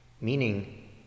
Meaning